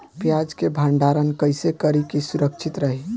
प्याज के भंडारण कइसे करी की सुरक्षित रही?